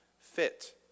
fit